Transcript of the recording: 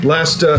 Last